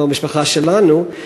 כמו המשפחה שלנו,